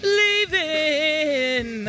leaving